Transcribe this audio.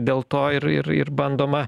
dėl to ir ir bandoma